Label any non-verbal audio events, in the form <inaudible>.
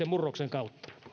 <unintelligible> murroksen kautta